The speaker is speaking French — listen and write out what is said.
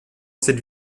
cette